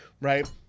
right